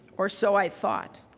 or so i thought.